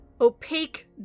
opaque